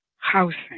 housing